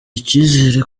icyizere